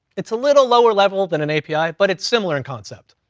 it's a little lower level than an api, but it's similar in concept.